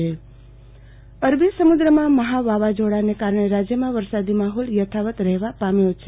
આરતી ભટ્ટ મહા વાવાઝોડું અરબી સમુદ્રમાં મહા વાવાઝોડાને કારણે રાજ્યમાં વરસાદી માહોલ યથાવત રહેવા પામ્યો છે